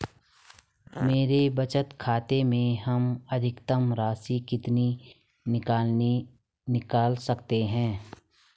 मेरे बचत खाते से हम अधिकतम राशि कितनी निकाल सकते हैं?